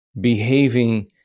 behaving